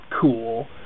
cool